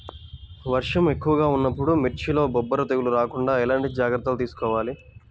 వర్షం ఎక్కువగా ఉన్నప్పుడు మిర్చిలో బొబ్బర తెగులు రాకుండా ఎలాంటి జాగ్రత్తలు తీసుకోవాలి?